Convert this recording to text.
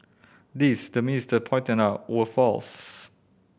these the minister pointed out were false